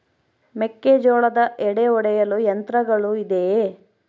ಮೆಕ್ಕೆಜೋಳದ ಎಡೆ ಒಡೆಯಲು ಯಂತ್ರಗಳು ಇದೆಯೆ?